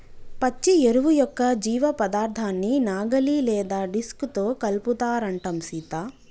పచ్చి ఎరువు యొక్క జీవపదార్థాన్ని నాగలి లేదా డిస్క్ తో కలుపుతారంటం సీత